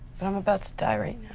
am about to die right